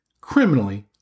criminally